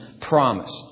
promised